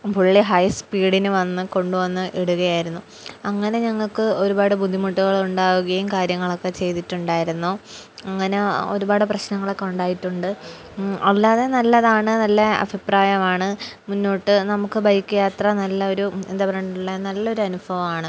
വുള്ളി high സ്പീഡിന് വന്ന് കൊണ്ട് വന്ന് ഇടുകയായിരുന്നു അങ്ങനെ ഞങ്ങൾക്ക് ഒരുപാട് ബുദ്ധിമുട്ടുകൾ ഉണ്ടാവുകയും കാര്യങ്ങളൊക്കെ ചെയ്തിട്ടുണ്ടായിരുന്നു അങ്ങനെ ഒരുപാട് പ്രശ്നങ്ങളൊക്കെ ഒണ്ടായിട്ടുണ്ട് ഒല്ലാതെ നല്ലതാണ് നല്ല അഭിപ്രായമാണ് മുന്നോട്ട് നമുക്ക് ബൈക്ക് യാത്ര നല്ലൊരു എന്താ പറയുള്ള നല്ലൊരു അനുഫവാണ്